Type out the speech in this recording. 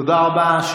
תודה רבה.